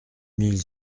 mille